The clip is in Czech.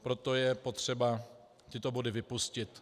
Proto je potřeba tyto body vypustit.